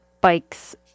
bikes